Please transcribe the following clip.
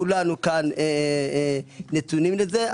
כולנו כאן נתונים לזה.